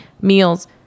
meals